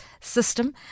system